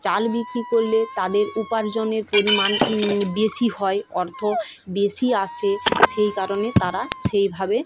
চাল বিক্রি করলে তাদের উপার্জনের পরিমাণ বেশি হয় অর্থ বেশি আসে সেই কারণে তারা সেইভাবে